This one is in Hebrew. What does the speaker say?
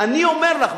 אני אומר לך,